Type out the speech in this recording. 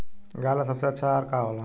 गाय ला सबसे अच्छा आहार का होला?